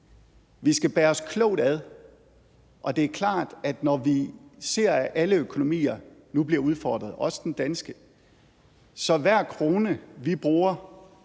Vi skal bære os klogt ad, og det er klart, at når vi ser, at alle økonomier nu bliver udfordret, også den danske, så er hver krone, vi bruger,